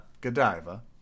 Godiva